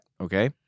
okay